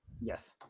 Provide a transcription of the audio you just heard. yes